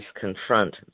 confront